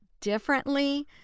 differently